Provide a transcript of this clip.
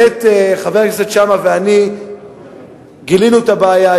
חבר הכנסת שאמה ואני גילינו את הבעיה,